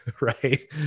Right